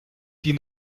die